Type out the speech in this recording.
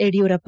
Yediyurappa